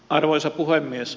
arvoisa puhemies